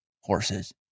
horses